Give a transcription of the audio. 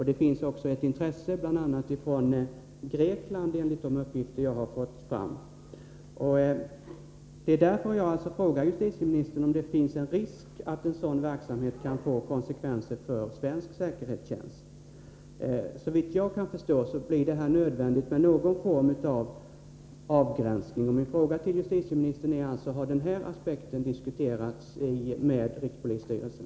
Det finns också, enligt de uppgifter som jag har fått, ett intresse från bl.a. Grekland. Det är därför som jag frågar justitieministern om det finns en risk för att en sådan verksamhet kan få konsekvenser för svensk säkerhetstjänst. Såvitt jag kan förstå blir det här nödvändigt med någon form av avgränsning. Min fråga till justitieministern är: Har denna aspekt diskuterats med rikspolisstyrelsen?